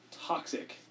toxic